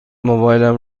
موبایلم